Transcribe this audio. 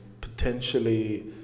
potentially